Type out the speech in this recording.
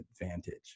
advantage